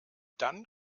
dann